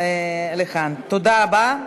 תודה רבה.